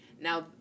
Now